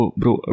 bro